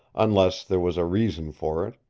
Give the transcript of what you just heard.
unless there was a reason for it.